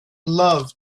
love